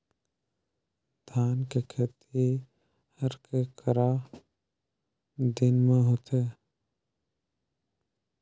धान के खेती हर के करा दिन म होथे?